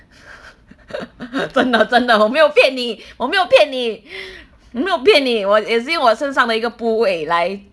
真的真的我没有骗你我没有骗你我没有骗你我也是我身上的一个部位来